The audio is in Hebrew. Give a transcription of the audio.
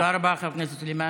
תודה רבה, חברת הכנסת סלימאן.